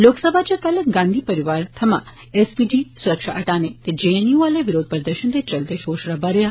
लोकसभा च कल गांधी परिवार थमां एसपीजी सुरक्षा हटाने ते जेएनयू आले विरोध प्रदर्शन दे चलदे शोर शराबा रेआ